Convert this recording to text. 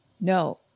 no